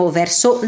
verso